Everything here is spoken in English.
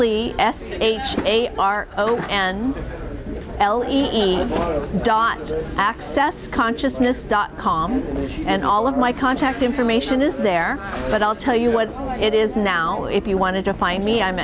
lee s h a r o and l even dr access consciousness dot com and all of my contact information is there but i'll tell you what it is now if you wanted to find me i'm